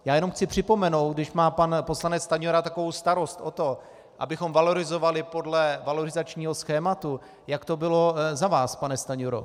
Já jen chci připomenout, když má pan poslanec Stanjura takovou starost o to, abychom valorizovali podle valorizačního schématu, jak to bylo za vás, pane Stanjuro.